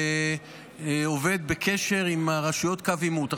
ועובד בקשר עם רשויות קו העימות.